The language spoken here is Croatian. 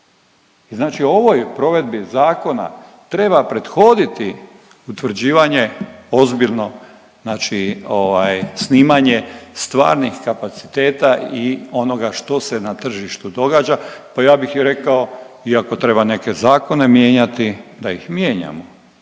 znači ovoj provedbi zakona treba prethoditi utvrđivanje ozbiljno znači ovaj, snimanje stvarnih kapaciteta i onoga što se na tržištu događa, pa ja bih i rekao i ako treba neke zakone mijenjati, da ih mijenjamo,